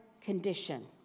condition